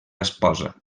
esposa